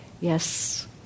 Yes